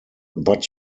but